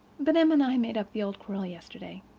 but em and i made up the old quarrel yesterday.